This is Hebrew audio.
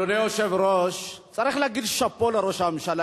אדוני היושב-ראש, צריך להגיד "שאפו" לראש הממשלה.